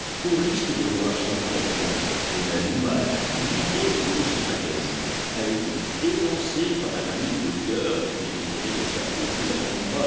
au risque de voir son prête-nom femelle ou mâle lui dérober son acajou a été dénoncé par un ami de cœur qui mériterait de s'appeler